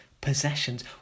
possessions